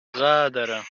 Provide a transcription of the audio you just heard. غادر